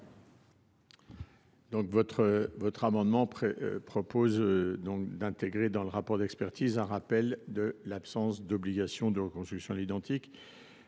collègue, tend à intégrer dans le rapport d’expertise un rappel de l’absence d’obligation de reconstruction à l’identique.